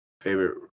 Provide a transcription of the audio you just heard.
favorite